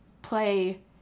Play